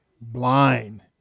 Blind